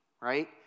right